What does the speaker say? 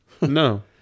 no